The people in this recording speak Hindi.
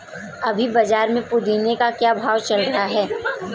अभी बाज़ार में पुदीने का क्या भाव चल रहा है